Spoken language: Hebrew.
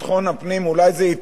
אולי זה יצמצם את הפשיעה?